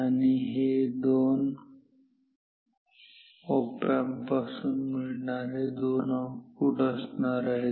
आणि हे दोन ऑप एम्प पासून मिळणारे दोन आउटपुट असणार आहेत